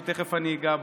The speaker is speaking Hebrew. שתכף אגע בו,